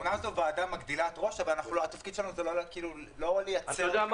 אמנם הוועדה מגדילה ראש אבל התפקיד שלנו הוא לא לא לייצר כסף.